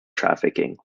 trafficking